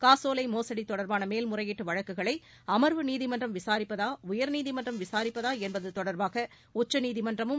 காசோலை மோசடி தொடர்பான மேல்முறையீட்டு வழக்குகளை அமர்வு நீதிமன்றம் விசாரிப்பதா உயர்நீதிமன்றம் விசாரிப்பதா என்பது தொடர்பாக உச்சநீதிமன்றமும்